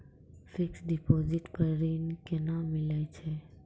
Fixed deposit पर ऋण केना मिलै छै?